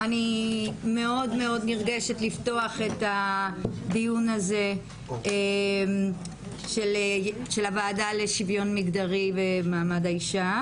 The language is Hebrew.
אני מאוד נרגשת לפתוח את הדיון של וועדה לשוויון מגדרי ומעמד האישה